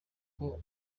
abo